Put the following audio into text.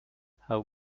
how